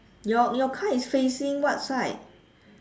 your your car is facing what side